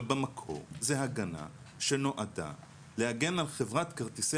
אבל במקור זה הגנה שנועדה להגן על חברת כרטיסי